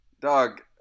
Dog